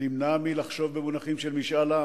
נמנע מלחשוב במונחים של משאל עם.